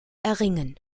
erringen